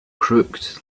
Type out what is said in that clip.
crooked